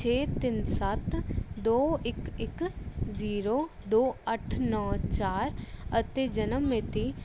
ਛੇ ਤਿੰਨ ਸੱਤ ਦੋ ਇੱਕ ਇੱਕ ਜ਼ੀਰੋ ਦੋ ਅੱਠ ਨੌ ਚਾਰ ਅਤੇ ਜਨਮ ਮਿਤੀ